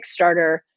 Kickstarter